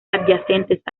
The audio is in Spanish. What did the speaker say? adyacentes